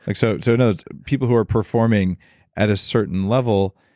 like so so and people who are performing at a certain level,